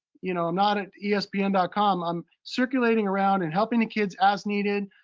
you know i'm not at yeah espn and com, i'm circulating around and helping the kids as needed.